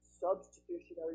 substitutionary